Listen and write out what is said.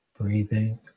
breathing